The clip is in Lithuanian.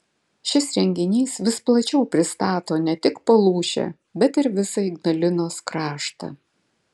šis renginys vis plačiau pristato ne tik palūšę bet ir visą ignalinos kraštą